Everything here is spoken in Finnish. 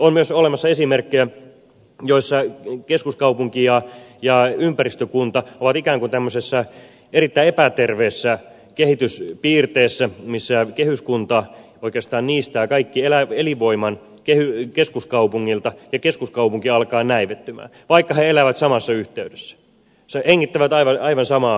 on myös olemassa esimerkkejä joissa keskuskaupunki ja ympäristökunta ovat ikään kuin tämmöisessä erittäin epäterveessä kehityspiirteessä missä kehyskunta oikeastaan niistää kaiken elinvoiman keskuskaupungilta ja keskuskaupunki alkaa näivettyä vaikka he elävät samassa yhteydessä hengittävät aivan samaa ilmaa